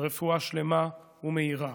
רפואה שלמה ומהירה.